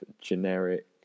generic